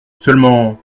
seulement